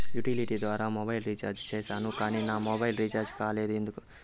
Utility ద్వారా mobile recharge సేసాను కానీ నా మొబైల్ రీచార్జి కాలేదు ఎందుకు?